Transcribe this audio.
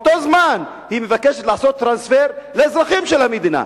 ובאותו זמן היא מבקשת לעשות טרנספר לאזרחים של המדינה.